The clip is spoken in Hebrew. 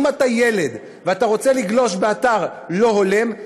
אם אתה ילד ואתה רוצה לגלוש לאתר לא הולם,